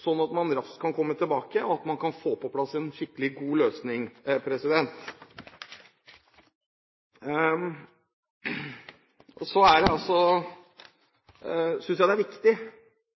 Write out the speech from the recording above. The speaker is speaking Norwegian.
sånn at man raskt kan komme tilbake og få på plass en skikkelig god løsning. Så synes jeg, som jeg også sa i stad, at det er utrolig viktig